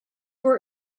were